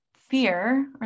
fear